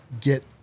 get